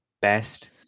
best